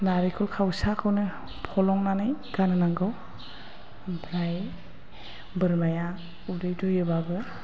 नारेंखल खावसाखौनो फलंनानै गानहोनांगौ ओमफ्राय बोरमाया उदै दुयोबाबो